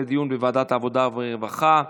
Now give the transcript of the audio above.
לוועדת העבודה והרווחה נתקבלה.